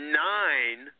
nine